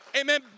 Amen